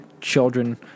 children